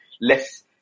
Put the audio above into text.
less